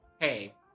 hey